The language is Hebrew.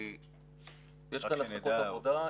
יש כאן הפסקות עבודה,